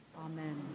Amen